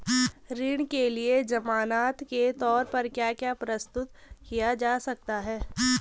ऋण के लिए ज़मानात के तोर पर क्या क्या प्रस्तुत किया जा सकता है?